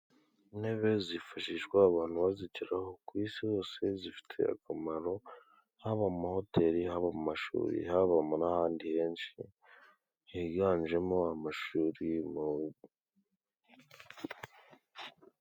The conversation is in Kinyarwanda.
Intebe zifashishwa abantu bazigeraho, ku isi hose zifitete akamaro, haba mu mahoteli, haba mu mashuri, habamo n'ahandi henshi higanjemo amashuri.